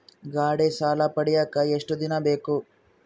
ಗಾಡೇ ಸಾಲ ಪಡಿಯಾಕ ಎಷ್ಟು ದಿನ ಬೇಕು?